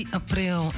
april